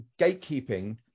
gatekeeping